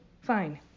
fine